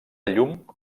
llum